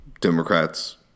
Democrats